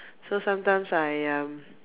so sometimes I um